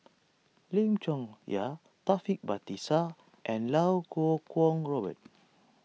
Lim Chong Yah Taufik Batisah and Iau Kuo Kwong Robert